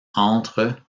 entre